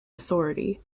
authority